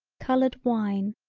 colored wine,